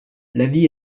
l’avis